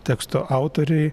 teksto autoriai